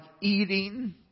eating